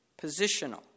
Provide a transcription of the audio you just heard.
Positional